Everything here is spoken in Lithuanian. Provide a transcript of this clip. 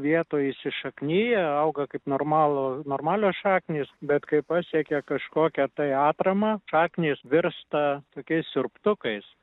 vietoj įsišaknija auga kaip normalų normalios šaknys bet kai pasiekia kažkokią tai atramą šaknys virsta tokiais siurbtukais